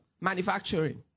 manufacturing